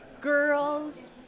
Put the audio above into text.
Girls